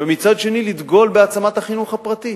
ומצד שני לדגול בהעצמת החינוך הפרטי.